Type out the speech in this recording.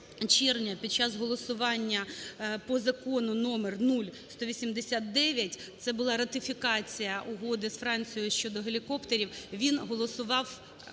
червня під час голосування по Закону № 0189, це була Ратифікація угоди з Францією щодо гелікоптерів, він голосував